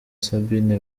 sabine